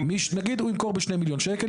נגיד הוא ימכור בשני מיליון שקל.